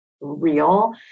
real